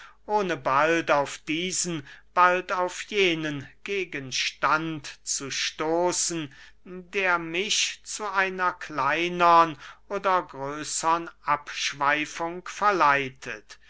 ohne bald auf diesen bald auf jenen gegenstand zu stoßen der mich zu einer kleinern oder größern abschweifung verleitet